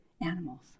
animals